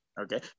Okay